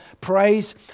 praise